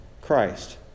Christ